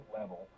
level